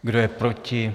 Kdo je proti?